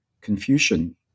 Confucian